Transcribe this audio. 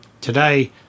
today